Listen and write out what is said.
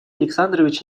александрович